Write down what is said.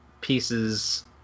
pieces